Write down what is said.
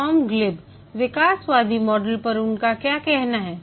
Tom Glib विकासवादी model पर उनका क्या कहना है